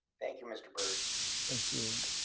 thank you, mr. burt thank you.